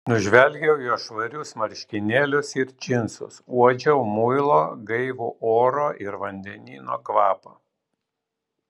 nužvelgiau jo švarius marškinėlius ir džinsus uodžiau muilo gaivų oro ir vandenyno kvapą